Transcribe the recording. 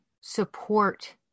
support